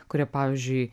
kurie pavyzdžiui